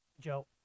Joe